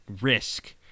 risk